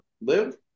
live